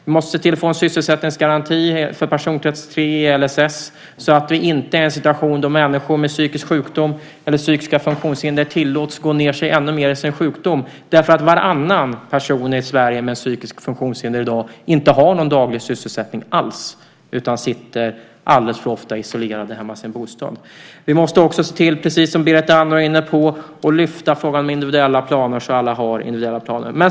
Vi måste se till att få en sysselsättningsgaranti för personkrets 3 i LSS så att vi inte får en situation där människor med psykisk sjukdom eller psykiska funktionshinder tillåts gå ned sig ännu mer i sin sjukdom. Varannan person i Sverige med psykiskt funktionshinder i dag har inte någon daglig sysselsättning alls utan sitter alldeles för ofta isolerad hemma i sin bostad. Vi måste också se till att, precis som Berit Andnor var inne på, lyfta fram frågan om individuella planer så att alla har individuella planer.